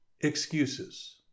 excuses